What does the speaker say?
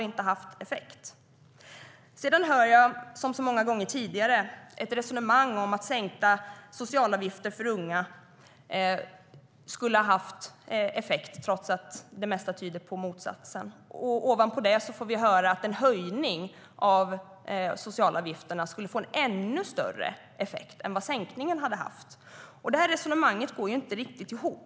Jag hör som så många gånger tidigare ett resonemang om att sänkta socialavgifter för unga skulle ha haft effekt, trots att det mesta tyder på motsatsen. Ovanpå det får vi höra att en höjning av socialavgifterna skulle få en ännu större effekt än vad sänkningen haft. Det här resonemanget går inte riktigt ihop.